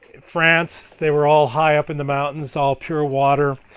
france, they were all high up in the mountains. all pure water.